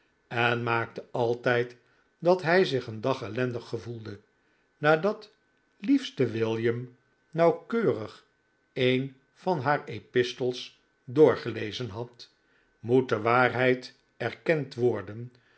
en maakte altijd dat hij zich een dag ellendig gevoelde nadat liefste william nauwkeurig een van haar epistels doorgelezen had moet de waarheid erkend worden